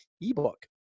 ebook